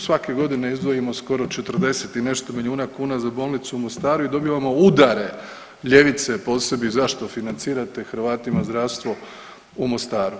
Svake godine izdvojimo skoro 40 i nešto milijuna kuna za bolnicu u Mostaru i dobivamo udare ljevice po sebi zašto financirate Hrvatima zdravstvo u Mostaru.